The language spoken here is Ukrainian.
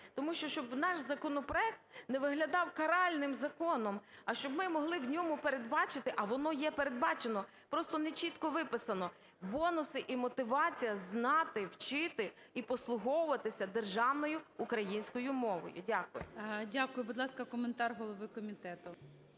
Тому що, щоб наш законопроект не виглядав каральним законом, а щоб ми могли в ньому передбачити, а воно є передбачено, просто нечітко виписано, бонуси і мотивація знати, вчити і послуговуватися державною українською мовою. Дякую. ГОЛОВУЮЧИЙ. Дякую. Будь ласка, коментар голови комітету.